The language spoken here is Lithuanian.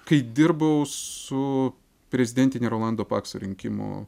kai dirbau su prezidentine rolando pakso rinkimų